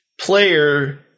player